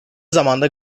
zamanda